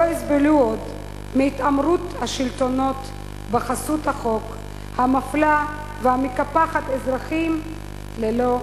יסבלו עוד מהתעמרות השלטונות בחסות החוק המפלה והמקפח אזרחים ללא הפסק.